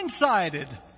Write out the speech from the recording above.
blindsided